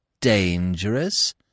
Dangerous